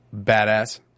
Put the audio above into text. badass